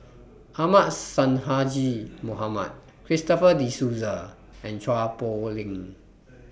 Ahmad Sonhadji Mohamad Christopher De Souza and Chua Poh Leng